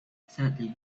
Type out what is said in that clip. sadly